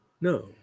No